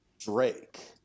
Drake